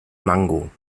mango